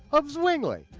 of zwingli,